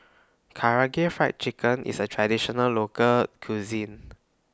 Karaage Fried Chicken IS A Traditional Local Cuisine